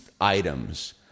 items